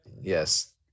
Yes